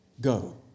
go